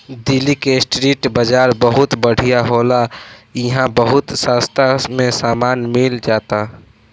दिल्ली के स्ट्रीट बाजार बहुत बढ़िया होला इहां बहुत सास्ता में सामान मिल जाला